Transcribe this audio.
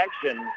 action